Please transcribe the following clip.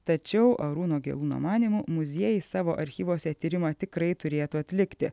tačiau arūno gelūno manymu muziejai savo archyvuose tyrimą tikrai turėtų atlikti